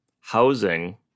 Housing